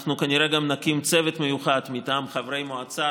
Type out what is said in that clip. כנראה גם נקים צוות מיוחד מטעם חברי המועצה,